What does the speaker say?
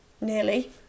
nearly